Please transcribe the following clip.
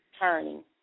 turning